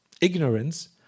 ignorance